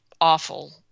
awful